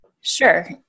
Sure